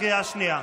קריאה שנייה.